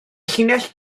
llinell